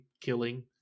killing